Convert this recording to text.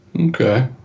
Okay